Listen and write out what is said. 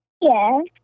Yes